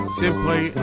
simply